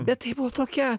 bet tai buvo tokia